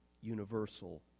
universal